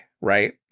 right